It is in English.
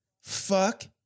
Fuck